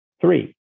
Three